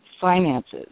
finances